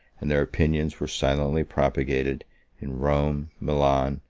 and their opinions were silently propagated in rome, milan,